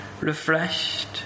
refreshed